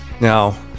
Now